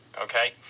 okay